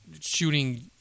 shooting